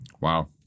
Wow